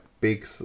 big